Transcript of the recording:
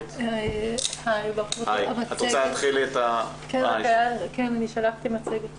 אני רוצה לומר תודה לשרים שהגשנו להם את התכנית,